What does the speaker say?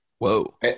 whoa